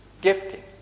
gifting